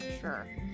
Sure